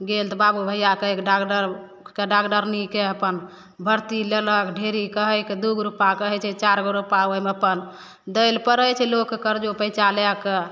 गेल तऽ बाबू भइआ कहिके डाकटरके डाकटरनीके अपन भरती लेलक ढेरिक कहैके दुइ गो रुपा कहै छै चारि गो रुपा ओहिमे अपन दै ले पड़ै छै लोकके करजो पैँचा लैके